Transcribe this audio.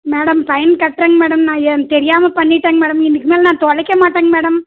madam fine கட்டுறேங்க madam நான் தெரியாமல் பண்ணிவிட்டேங்க மேடம் இதுக்கு மேலே நான் தொலைக்கமாட்டங்க மேடம்